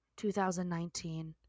2019